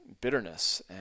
bitterness